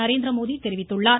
நரேந்திரமோடி தெரிவித்துள்ளார்